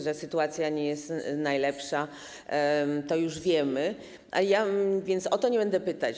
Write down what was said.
Że sytuacja nie jest najlepsza, to już wiemy, więc o to nie będę pytać.